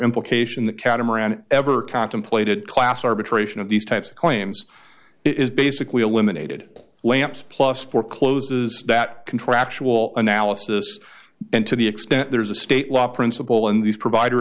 implication that catamaran ever contemplated class arbitration of these types of claims is basically eliminated lamps plus forecloses that contractual analysis and to the extent there is a state law principle in these provider